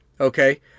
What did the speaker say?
Okay